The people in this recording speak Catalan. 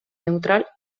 neutral